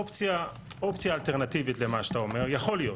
אופציה אלטרנטיבית למה שאתה אומר, יכול להיות